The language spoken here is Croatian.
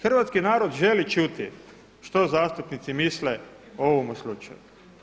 Hrvatski narod želi čuti što zastupnice misle i ovome slučaju.